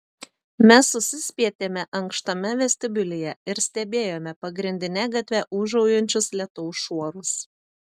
mes susispietėme ankštame vestibiulyje ir stebėjome pagrindine gatve ūžaujančius lietaus šuorus